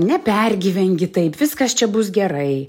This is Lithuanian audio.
nepergyvenk gi taip viskas čia bus gerai